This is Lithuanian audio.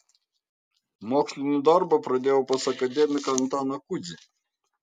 mokslinį darbą pradėjau pas akademiką antaną kudzį